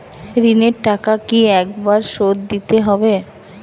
ঋণের টাকা কি একবার শোধ দিতে হবে?